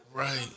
Right